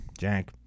Jank